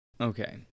Okay